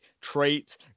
traits